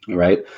right?